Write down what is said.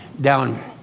down